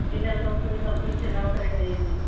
గిన్నెలు తోముకునే సబ్బులు చిన్నవి ఒక రెండు ఇవ్వండి